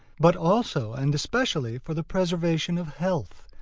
but also and especially for the preservation of health,